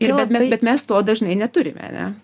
ir bet mes bet mes to dažnai neturime ane